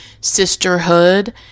sisterhood